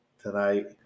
tonight